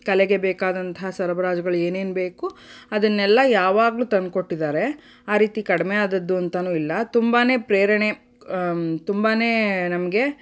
ಕಲೆಗೆ ಬೇಕಾದಂಥ ಸರಬರಾಜುಗಳು ಏನೇನು ಬೇಕು ಅದನ್ನೆಲ್ಲ ಯಾವಾಗ್ಲೂ ತಂದುಕೊಟ್ಟಿದ್ದಾರೆ ಆ ರೀತಿ ಕಡಿಮೆ ಆದದ್ದೂಂತನೂ ಇಲ್ಲ ತುಂಬಾ ಪ್ರೇರಣೆ ತುಂಬಾ ನಮಗೆ